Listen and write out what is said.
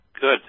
Good